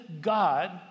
God